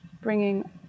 bringing